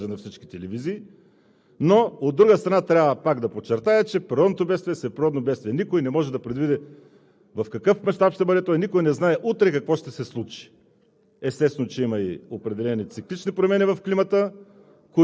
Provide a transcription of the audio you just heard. и това се вижда ежедневно от задъханите негативни репортажи на всички телевизии, но от друга страна, трябва пак да подчертая, че природното бедствие си е природно бедствие. Никой не може да предвиди от какъв състав ще бъде то, никой не знае утре какво ще се случи.